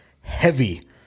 heavy